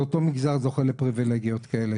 לפחד.